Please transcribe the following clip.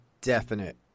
definite